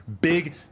Big